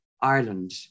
Ireland